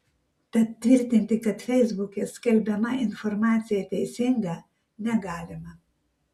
tad tvirtinti kad feisbuke skelbiama informacija teisinga negalima